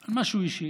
על משהו אישי,